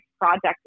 project